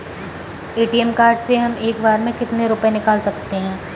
ATM card से हम एक बार में कितने रुपये निकाल सकते हैं?